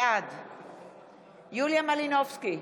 בעד יוליה מלינובסקי,